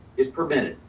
is prevented.